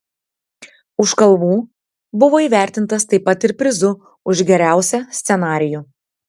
už kalvų buvo įvertintas taip pat ir prizu už geriausią scenarijų